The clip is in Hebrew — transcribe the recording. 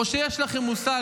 או שיש לכם מושג,